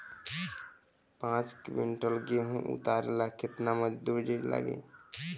पांच किविंटल गेहूं उतारे ला केतना मजदूर लागी?